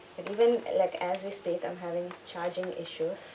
and even like as we speak I'm having charging issues